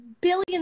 billions